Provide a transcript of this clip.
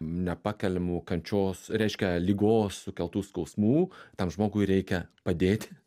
nepakeliamų kančios reiškia ligos sukeltų skausmų tam žmogui reikia padėti